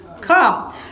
come